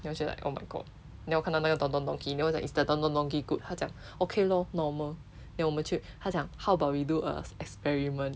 then 我就 like oh my god then 我看到那个 don don donki then 我讲 is the don don donki good 他讲 okay lor normal then 我们就他讲 how about we uh ex~ experiment